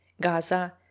Gaza